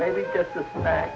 maybe just the fact